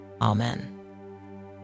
amen